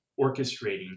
orchestrating